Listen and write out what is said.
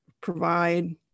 provide